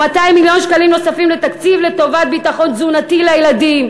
ו-200 מיליון שקלים נוספים לתקציב לטובת ביטחון תזונתי לילדים.